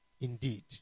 indeed